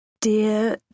Dear